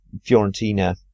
Fiorentina